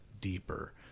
deeper